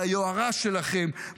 והיוהרה שלכם,